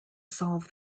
solve